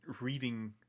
reading